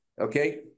okay